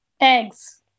Eggs